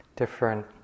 different